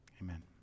Amen